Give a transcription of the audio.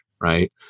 right